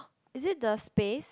is it the space